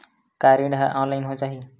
का ऋण ह ऑनलाइन हो जाही?